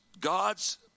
God's